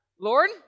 Lord